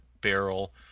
barrel